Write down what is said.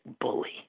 bully